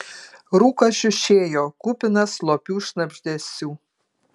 rūkas šiušėjo kupinas slopių šnabždesių